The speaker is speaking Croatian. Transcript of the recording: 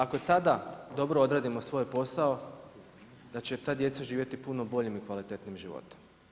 Ako tada dobro odradimo svoj posao da će ta djeca živjeti puno boljim i kvalitetnijim životom.